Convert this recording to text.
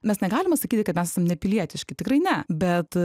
mes negalima sakyti kad esam nepilietiški tikrai ne bet